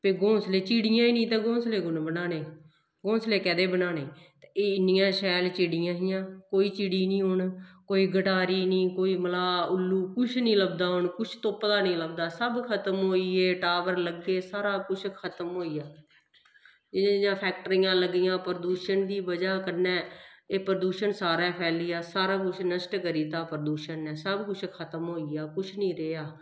भाई घौंसले चिड़ियां निं ते घौंसले कु'न बनाने घौंसले कैह्दे बनाने ते एह् इन्नियां शैल चिड़ियां हियां कोई चिड़ी निं हून कोई गटारी निं कोई मलाह् उल्लू कुछ निं लभदा हून कुछ तुप्पे दा निं लभदा सब खतम होई गे टावर लग्गे सारा कुछ खतम होई गेआ एह् जां फैक्ट्रियां लग्गियां प्रदूशन दी बजह् कन्नै एह् प्रदूशन सारा फैली गेआ सारा कुछ नश्ट करी दित्ता प्रदूशन ने सब कुछ खतम होई गेआ कुछ निं रेहा